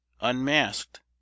unmasked